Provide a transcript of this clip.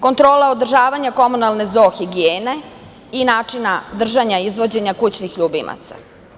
Kontrola održavanja komunalne zoohigijene i načina držanja i izvođenja kućnih ljubimaca.